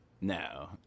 No